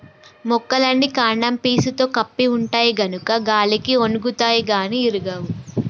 మొక్కలన్నీ కాండం పీసుతో కప్పి ఉంటాయి గనుక గాలికి ఒన్గుతాయి గాని ఇరగవు